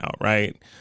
right